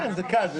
זה קל.